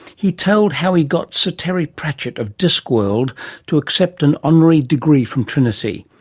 he told how he got sir terry pratchett of disc world to accept an honorary degree from trinity.